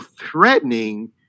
threatening